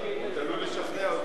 הוא עוד עלול לשכנע אותי.